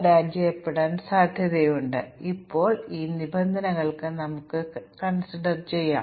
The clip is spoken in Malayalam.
അതിനാൽ മ്യൂട്ടേഷൻ ഓപ്പറേറ്റർമാരുടെ ഉദാഹരണം ഒരു സ്റ്റേറ്റ്മെൻറ് ഡിലീറ്റ് ചെയ്യുന്നു